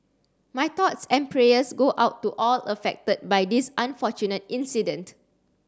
my thoughts and prayers go out to all affected by this unfortunate incident